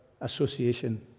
association